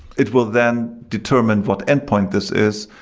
it will then determine what endpoint this is.